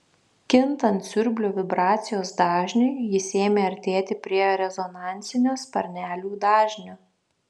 kintant siurblio vibracijos dažniui jis ėmė artėti prie rezonansinio sparnelių dažnio